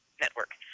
network